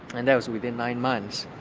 and that was within nine months.